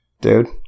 Dude